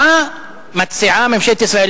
מה מציעה ממשלת ישראל?